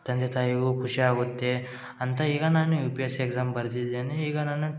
ತಂದೆ ತಾಯಿಗೂ ಖುಷಿ ಆಗುತ್ತೆ ಅಂತ ಈಗ ನಾನು ಯು ಪಿ ಎಸ್ ಎಕ್ಸಾಮ್ ಬರ್ದಿದ್ದೇನೆ ಈಗ ನಾನು